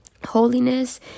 Holiness